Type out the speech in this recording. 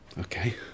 okay